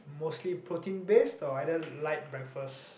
mostly protein based or either light breakfast